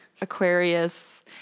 Aquarius